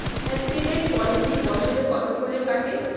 Accident policy বছরে কত করে কাটে?